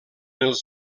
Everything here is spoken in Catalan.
els